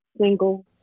single